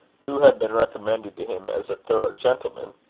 who had been recommended to him as a thorough gentleman.